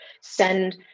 send